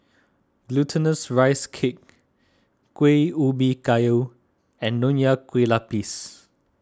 Glutinous Rice Cake Kuih Ubi Kayu and Nonya Kueh Lapis